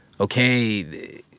okay